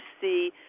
see